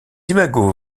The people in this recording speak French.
imagos